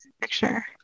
picture